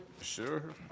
Sure